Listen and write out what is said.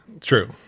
True